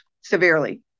severely